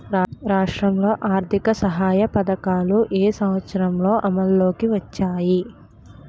రాష్ట్రంలో ఆర్థిక సహాయ పథకాలు ఏ సంవత్సరంలో అమల్లోకి వచ్చాయి?